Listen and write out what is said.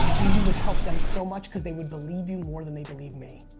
and you would help them so much because they would believe you more than they believe me.